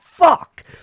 Fuck